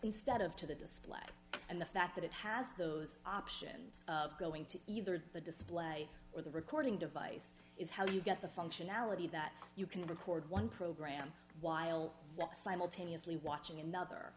instead of to the display and the fact that it has those options of going to either the display or the recording device is how you get the functionality that you can record one program while simultaneously watching another